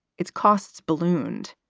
its costs ballooned.